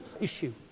issue